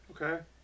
Okay